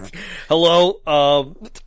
Hello